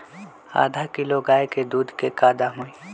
आधा किलो गाय के दूध के का दाम होई?